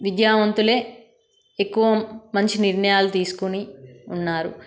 విద్యావంతులే ఎక్కువ మంచి నిర్ణయాలు తీసుకుని ఉన్నారు